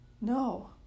No